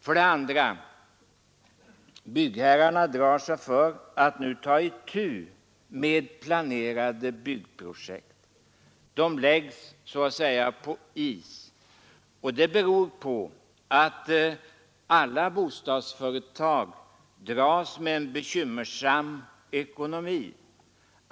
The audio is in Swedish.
För det andra drar sig byggherrarna för att nu ta itu med planerade byggprojekt. De läggs så att säga på is, och det beror på att alla bostadsföretag dras med en bekymmersam ekonomi.